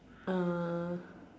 uh